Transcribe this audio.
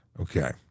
Okay